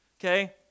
Okay